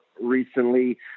recently